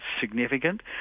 significant